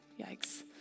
Yikes